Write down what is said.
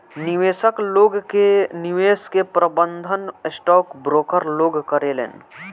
निवेशक लोग के निवेश के प्रबंधन स्टॉक ब्रोकर लोग करेलेन